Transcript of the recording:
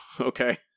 Okay